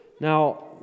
Now